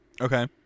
okay